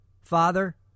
father